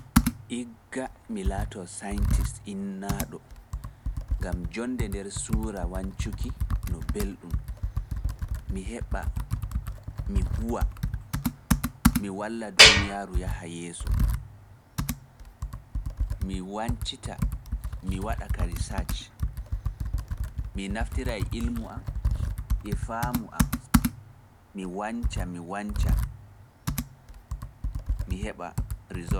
Igga mi laatoo scientist innaaɗo, ngam joonnde nder suura wancuki e weli. gam mi wanca mi walla duniyaaru yaha yeso.